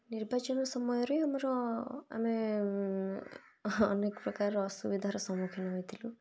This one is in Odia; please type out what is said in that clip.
ନିର୍ବାଚନ ସମୟରେ ଆମର ଆମେ ହଁ ଅନେକ ପ୍ରକାର ଅସୁବିଧାର ସମ୍ମୁଖୀନ ହୋଇଥିଲୁ